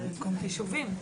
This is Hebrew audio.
זה חישובים.